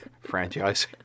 Franchise